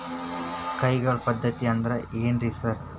ಕೈಗಾಳ್ ಪದ್ಧತಿ ಅಂದ್ರ್ ಏನ್ರಿ ಸರ್?